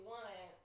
one